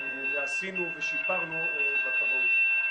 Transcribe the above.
עשינו ושיפרנו בכבאות.